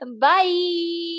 Bye